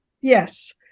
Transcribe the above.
yes